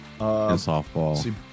softball